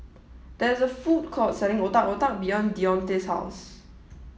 there is a food court selling Otak Otak behind Deonte's house